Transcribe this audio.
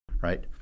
right